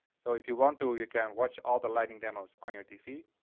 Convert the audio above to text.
so if you want to you can watch all the lighting demos on your tv.